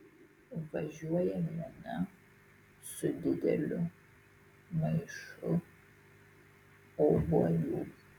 važiuoja viena su dideliu maišu obuolių